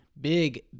Big